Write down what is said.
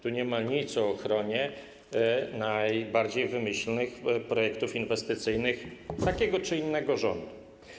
Tu nie ma nic o ochronie najbardziej wymyślnych projektów inwestycyjnych takiego czy innego rządu.